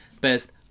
Best